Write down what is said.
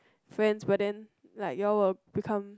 friends but then like you all will become